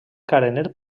carener